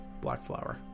Blackflower